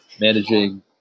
managing